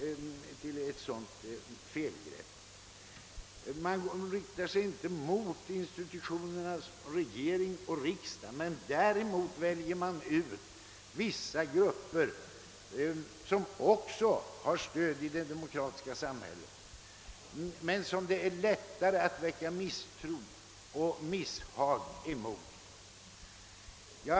Man riktar sig därför formellt i sina angrepp inte mot institutionerna regering och riksdag, men däremot väljer man ut vissa grupper som har stöd i det demokratiska samhället men som det är lättare att väcka misstro och misshag emot.